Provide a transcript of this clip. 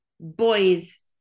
boys